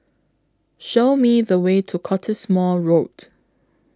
Show Me The Way to Cottesmore Road